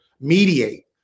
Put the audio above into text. mediate